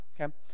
okay